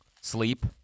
Sleep